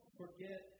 forget